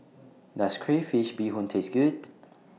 Does Crayfish Beehoon Taste Good